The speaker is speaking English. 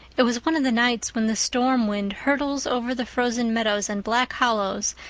it was one of the nights when the storm-wind hurtles over the frozen meadows and black hollows,